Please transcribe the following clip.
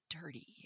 dirty